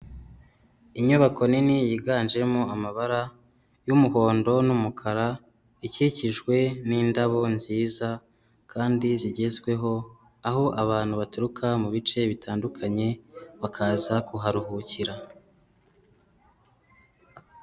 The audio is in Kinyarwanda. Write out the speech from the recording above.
Inyubako nini yiganjemo amabara y'umuhondo n'umukara ikikijwe n'indabo nziza kandi zigezweho, aho abantu baturuka mu bice bitandukanye bakaza kuharuhukira.